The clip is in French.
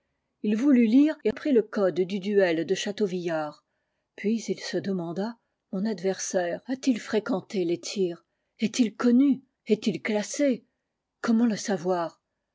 ii voulut lire et prit le code du duel de châteauvillard puis il se demanda mon adversaire a-t-il fréquenté les tirs est-il connu est-il classé comment le savoir